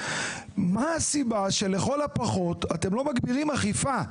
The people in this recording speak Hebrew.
מה הסיבה שלכל הפחות אתם לא מגדירים אכיפה.